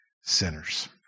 sinners